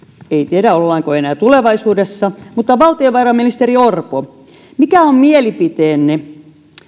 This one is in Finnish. tiedä olemmeko enää tulevaisuudessa valtiovarainministeri orpo mikä on mielipiteenne